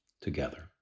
together